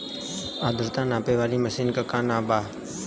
आद्रता नापे वाली मशीन क का नाव बा?